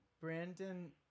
Brandon